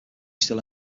still